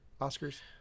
Oscars